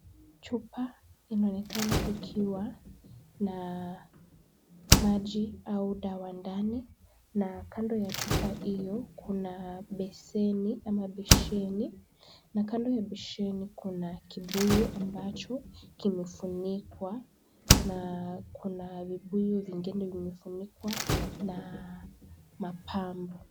Chupa inaonekana ikiwa na maji au dawa ndani na kando ya chupa hiyo kuna besheni na kando ya besheni kuna kibuyu ambacho kimefunikwa na kuna vibuyu vingine vimefunikwa na mapambo.